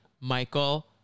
Michael